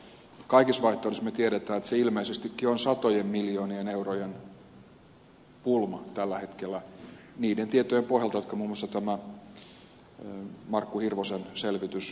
me tiedämme että kaikissa vaihtoehdoissa se ilmeisestikin on satojen miljoonien eurojen pulma tällä hetkellä niiden tietojen pohjalta jotka muun muassa tämä markku hirvosen selvitys osoittaa